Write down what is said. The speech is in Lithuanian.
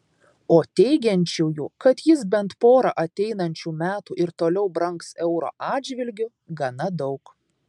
o teigiančiųjų kad jis bent porą ateinančių metų ir toliau brangs euro atžvilgiu gana daug